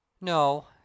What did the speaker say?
No